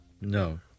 No